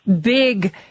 big